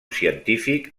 científic